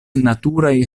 naturaj